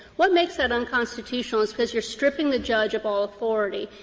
what makes that unconstitutional is because you are stripping the judge of all authority,